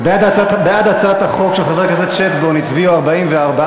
בעד הצעת החוק של חבר הכנסת שטבון הצביעו 44,